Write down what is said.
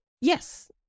yes